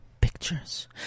pictures